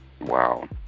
Wow